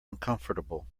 uncomfortable